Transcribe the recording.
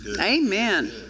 Amen